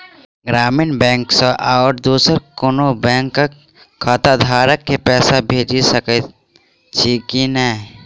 ग्रामीण बैंक सँ आओर दोसर कोनो बैंकक खाताधारक केँ पैसा भेजि सकैत छी की नै?